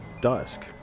dusk